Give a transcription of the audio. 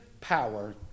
power